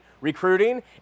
recruiting